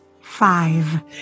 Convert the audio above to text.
Five